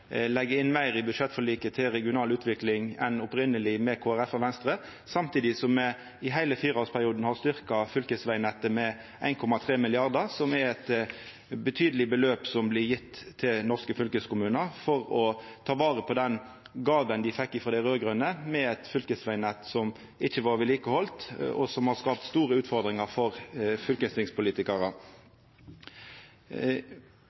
legg inn meir i budsjettforliket til regional utvikling enn opphavleg, samtidig som me i heile fireårsperioden har styrkt fylkesvegnettet med 1,3 mrd. kr, som er eit betydeleg beløp som blir gjeve til norske fylkeskommunar for å ta vare på den gåva dei fekk frå dei raud-grøne med eit fylkesvegnett som ikkje var vedlikehalde, og som har skapt store utfordringar for fylkestingspolitikarar.